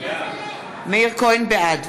בעד